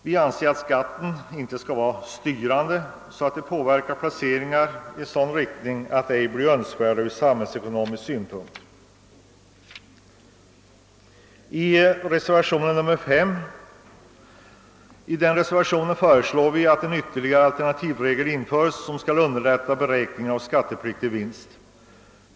Vi anser att skatten inte får vara styrande så att den åstadkommer kapitalplaceringar som inte är önskvärda ur samhällets synpunkt. I reservationen 5 föreslår vi att en ytterligare alternativregel införes som underlättar beräkningen av skattepliktig vinst.